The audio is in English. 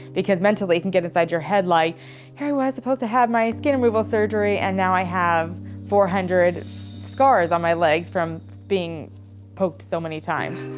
because mentally it can get inside your head like here i was supposed to have my skin removal surgery, and now i have four hundred scars on my legs from being poked so many times.